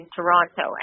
Toronto